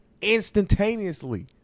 instantaneously